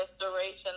Restoration